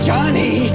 Johnny